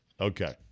Okay